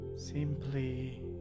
Simply